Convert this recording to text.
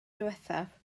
ddiwethaf